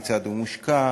כיצד הוא מושקע,